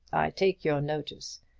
take your notice!